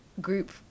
group